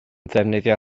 ddefnyddio